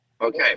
okay